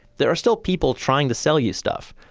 there are still people trying to sell you stuff.